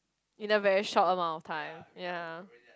in the very short amount of time ya